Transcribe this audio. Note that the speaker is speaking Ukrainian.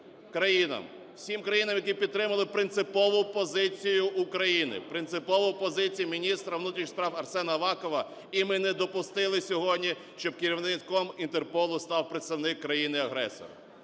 країнам, всім країнам, які підтримали принципову позицію України, принципову позицію міністра внутрішніх справ Арсена Авакова, і ми не допустили сьогодні, щоб керівником Інтерполу став представник країни-агресора.